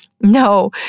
No